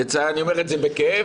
אני אומר את זה בכאב.